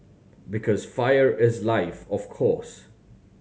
because fire is life of course